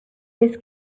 this